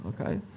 Okay